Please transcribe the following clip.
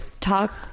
talk